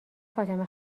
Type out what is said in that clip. فاطمه